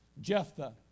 Jephthah